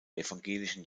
evangelischen